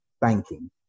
banking